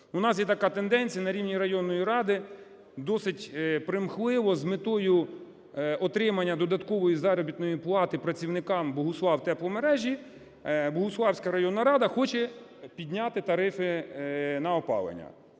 У нас є така тенденція. На рівні районної ради досить примхливо з метою отримання додаткової заробітної плати працівникам "Богуславтепломережі" Богуславська районна рада хоче підняти тарифи на опалення.